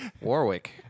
Warwick